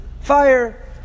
fire